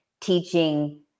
teaching